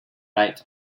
rights